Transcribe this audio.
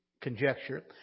conjecture